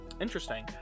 Interesting